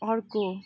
अर्को